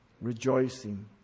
rejoicing